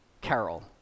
carol